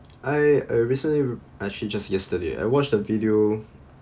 I uh recently actually just yesterday I watched a video